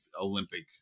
Olympic